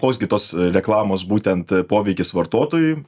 koks gi tos reklamos būtent poveikis vartotojui